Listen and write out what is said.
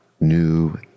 new